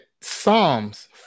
Psalms